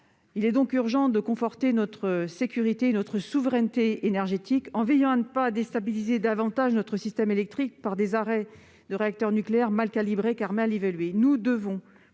Il est donc urgent de conforter notre sécurité et notre souveraineté énergétiques, en veillant à ne pas déstabiliser davantage notre système électrique par des arrêts de réacteurs nucléaires mal calibrés, car mal évalués.